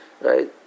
right